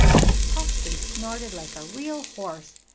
and he puffed and snorted like a real horse,